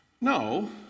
No